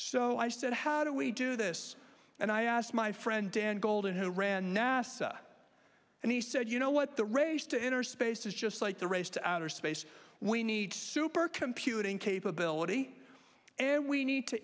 so i said how do we do this and i asked my friend dan goldin who ran nasa and he said you know what the race to enter space is just like the race to outer space we need supercomputing capability and we need to